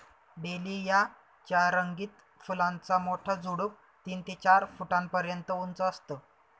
dahlia च्या रंगीत फुलांचा मोठा झुडूप तीन ते चार फुटापर्यंत उंच असतं